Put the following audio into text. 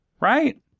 right